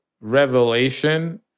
revelation